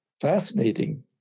fascinating